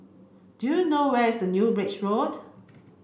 do you know where is the New Bridge Road